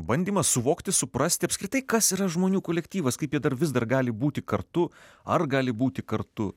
bandymas suvokti suprasti apskritai kas yra žmonių kolektyvas kaip jie dar vis dar gali būti kartu ar gali būti kartu